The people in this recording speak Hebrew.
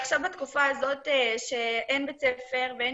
עכשיו בתקופה הזאת שאין בית ספר ואין